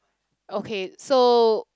okay so